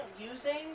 using